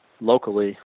locally